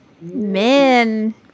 men